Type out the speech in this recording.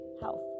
health